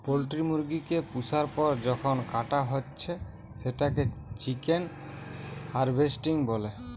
poultry মুরগি কে পুষার পর যখন কাটা হচ্ছে সেটাকে চিকেন হার্ভেস্টিং বলে